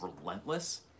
relentless